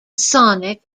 sonic